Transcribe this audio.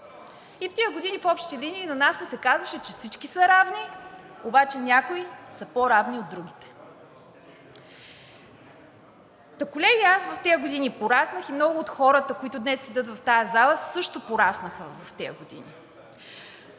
И в тези години в общи линии на нас ни се казваше, че всички са равни, обаче някои са по-равни от другите. Та, колеги, аз в тези години пораснах и много от хората, които днес седят в тази зала, също пораснаха в тези години.